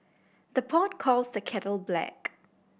the pot calls the kettle black